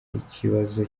ikibazo